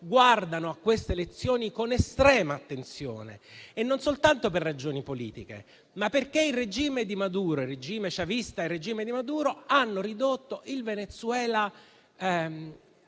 guardano a quelle elezioni con estrema attenzione, e non soltanto per ragioni politiche, ma anche perché il regime chavista e il regime di Maduro hanno ridotto il Venezuela